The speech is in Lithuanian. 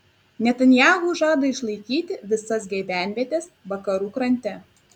netanyahu žada išlaikyti visas gyvenvietes vakarų krante